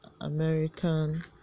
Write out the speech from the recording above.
American